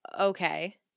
Okay